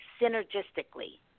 synergistically